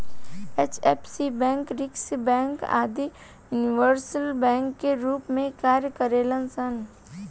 HFC bank, Swiss bank आदि universal bank के रूप में कार्य करेलन सन